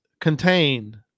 contain